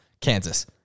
Kansas